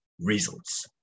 results